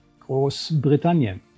Großbritannien